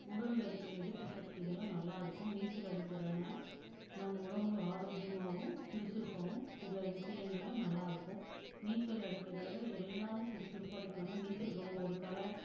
உடலில் இருக்கிற எதிர்ப்பு சக்திகள்லாம் நல்லா இருக்கும் நீச்சல் அடிக்கிறதுனால நம்ம உடம்பு ஆரோக்கியமாகவும் சுறுசுறுப்பாகவும் சில விஷயங்களில் நல்லா இருக்கும் நீச்சல் அடிக்கிறதில் எல்லோரும் சுறுசுறுப்பாக அடிப்பாங்க நீச்சல் ரொம்ப ஒரு கலை